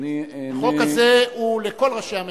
החוק הזה הוא לכל ראשי הממשלה,